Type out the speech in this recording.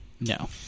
No